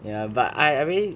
ya but I I mean